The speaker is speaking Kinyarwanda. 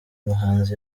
muhanzi